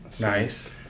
Nice